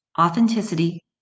authenticity